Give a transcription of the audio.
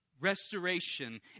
Restoration